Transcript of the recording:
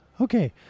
Okay